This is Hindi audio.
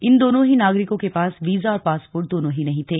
इन दोनों ही नागरिको के पास वीजा और पासपोर्ट दोनों ही नहीं थे